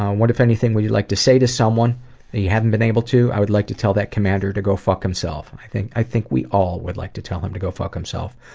um what, if anything, would you like to say to someone you haven't been able to? i would like to tell that commander to go fuck himself. i think i think we all would like to tell him to go fuck himself.